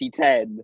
2010